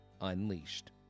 unleashed